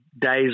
days